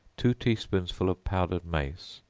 two tea-spoonsful of powdered mace,